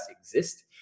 exist